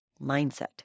mindset